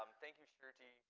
um thank you, shruti.